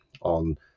on